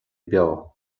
beo